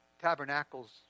Tabernacles